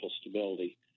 stability